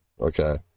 Okay